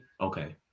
okay